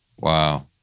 Wow